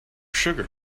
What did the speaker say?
sugar